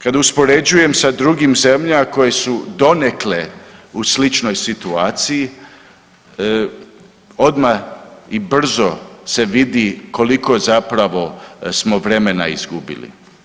Kad uspoređujem sa drugim zemljama koje su donekle u sličnoj situaciji odmah i brzo se vidi koliko zapravo smo vremena izgubili.